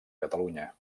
catalunya